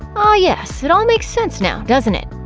ah yes, it all makes sense now, doesn't it?